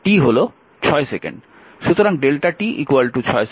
সুতরাং t 6 second